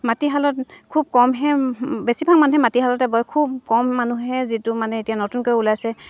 মাটিশালত খুব কমহে বেছিভাগ মানুহে মাটিশালতে বয় খুব কম মানুহে যিটো মানে এতিয়া নতুনকৈ ওলাইছে